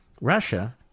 Russia